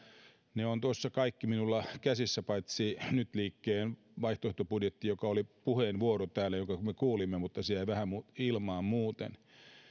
ne ovat tuossa kaikki minulla käsissä paitsi nyt liikkeen vaihtoehtobudjetti joka oli puheenvuoro täällä jonka me kuulimme mutta se jäi vähän ilmaan muuten